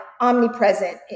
omnipresent